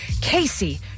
Casey